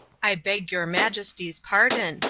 i beg your majesty's pardon,